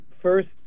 First